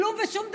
כלום ושום דבר.